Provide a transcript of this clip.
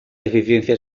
deficiencia